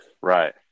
Right